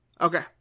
Okay